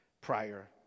prior